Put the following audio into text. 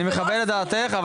אני מכבד את דעתך,